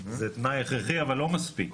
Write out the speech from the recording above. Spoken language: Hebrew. זה תנאי הכרחי אבל לא מספיק.